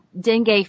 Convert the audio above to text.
dengue